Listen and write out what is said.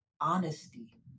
honesty